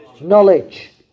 Knowledge